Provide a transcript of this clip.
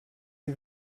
sie